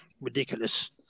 ridiculous